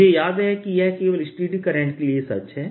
मुझे याद है कि यह केवल स्टेडी करंट के लिए सच है